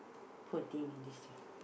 poor thing this